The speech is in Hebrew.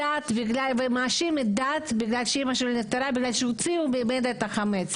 הוא מאשים את הדת בגלל שאימא שלו נפטרה מאחר ולקחו לה את החמץ.